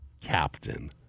captain